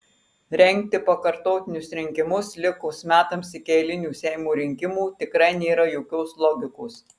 rengti pakartotinius rinkimus likus metams iki eilinių seimo rinkimų tikrai nėra jokios logikos